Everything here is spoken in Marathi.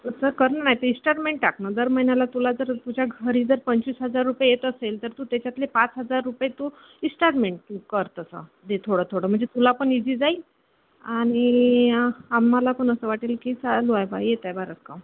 तसं कर नाही तर इस्टॉलमेंट टाक ना दर महिन्याला तुला जर तुझ्या घरी जर पंचवीस हजार रुपये येत असेल तर तू त्याच्यातले पाच हजार रुपये तू इस्टालमेंट तू कर तसं जे थोडं थोडं म्हणजे तुला पण इझी जाईल आणि आम्हाला पण असं वाटेल की चालू आहे बाबा येत आहे बाबा रक्कम